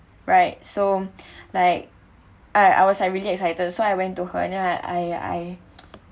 right so like I I was I really excited so I went to her and then I I I